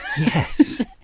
Yes